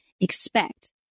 expect